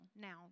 now